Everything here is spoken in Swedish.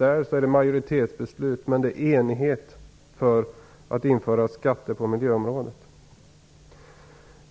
produkter skall det vara majoritetsbeslut, men det är enighet som gäller för att införa skatter på miljöområdet.